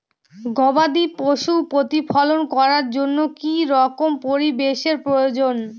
গবাদী পশু প্রতিপালন করার জন্য কি রকম পরিবেশের প্রয়োজন?